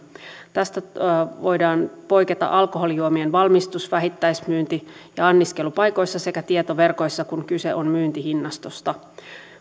tästä voidaan poiketa alkoholijuomien valmistus vähittäismyynti ja anniskelupaikoissa sekä tietoverkoissa kun kyse on myyntihinnastosta